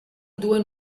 due